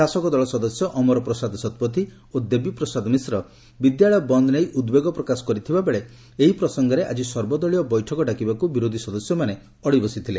ଶାସକଦଳ ସଦସ୍ୟ ଅମର ପ୍ରସାଦ ଶତପଥୀ ଓ ଦେବୀ ପ୍ରସାଦ ମିଶ୍ର ବିଦ୍ୟାଳୟ ବନ୍ଦ ନେଇ ଉଦ୍ବେଗ ପ୍ରକାଶ କରିଥିବାବେଳେ ଏହି ପ୍ରସଙ୍ଗରେ ଆକି ସର୍ବଦଳୀୟ ବୈଠକ ଡାକିବାକୁ ବିରୋଧି ସଦସ୍ୟମାନେ ଅଡି ବସିଥିଲେ